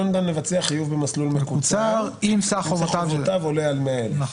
לא ניתן לבצע חיוב במסלול מקוצר אם סך חובותיו עולה על 100,000". נכון.